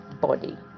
body